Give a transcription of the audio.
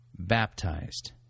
baptized